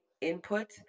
input